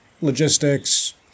logistics